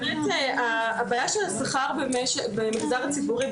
הבעיה של השכר במגזר הציבורי,